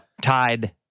tied